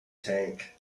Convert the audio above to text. tank